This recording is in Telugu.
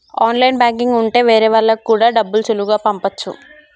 ఆన్లైన్ బ్యాంకింగ్ ఉంటె వేరే వాళ్ళకి కూడా డబ్బులు సులువుగా పంపచ్చు